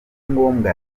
ngombwa